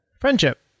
friendship